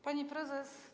Pani Prezes!